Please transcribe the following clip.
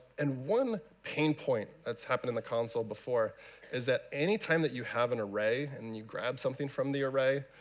and one in pain point that's happened in the console before is that any time that you have an array, and you grab something from the array,